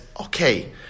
okay